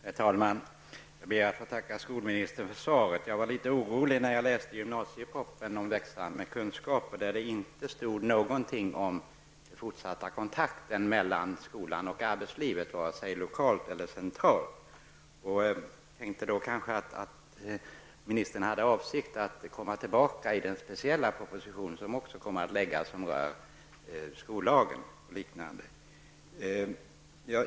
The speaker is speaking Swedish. Herr talman! Jag ber att få tacka skolministern för svaret. Jag blev litet orolig när jag läste gymnasiepropositionen ''Växa med kunskaper'', där det inte stod någonting om den fortsatta kontakten mellan skolan och arbetslivet vare sig lokalt eller centralt. Jag trodde då att statsrådet hade för avsikt att återkomma i den speciella proposition som senare kommer att läggas fram och som berör skollagen m.m.